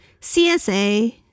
CSA